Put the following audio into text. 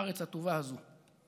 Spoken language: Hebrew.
הארץ הטובה הזו,